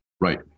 Right